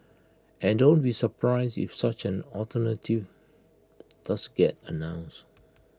and don't be surprised if such an alternative does get announced